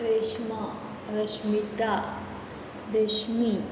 Reshma Rashmita Rashmi